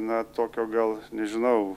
na tokio gal nežinau